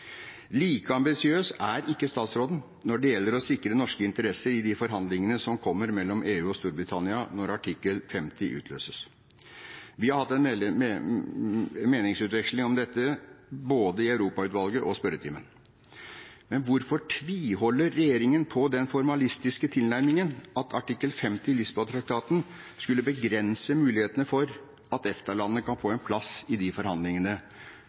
Like ambisiøs er ikke statsråden når det gjelder å sikre norske interesser i de forhandlingene som kommer mellom EU og Storbritannia når artikkel 50 utløses. Vi har hatt en meningsutveksling om dette både i Europautvalget og i spørretimen. Men hvorfor tviholder regjeringen på den formalistiske tilnærmingen at artikkel 50 i Lisboa-traktaten skulle begrense mulighetene for at EFTA-landene kan få en plass i de forhandlingene,